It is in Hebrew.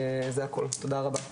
זה הכל, תודה רבה.